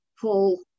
pull